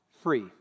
free